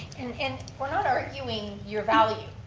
and we're not arguing your value,